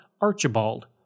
Archibald